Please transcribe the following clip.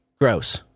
Gross